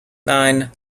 nine